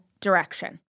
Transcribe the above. direction